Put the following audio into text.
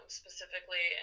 specifically